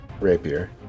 rapier